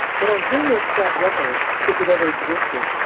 but on venus, that record, if it ever existed,